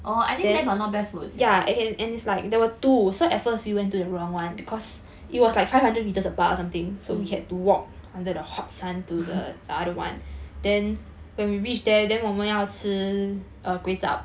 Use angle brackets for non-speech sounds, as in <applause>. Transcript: oh I think there got not bad food sia mm <laughs>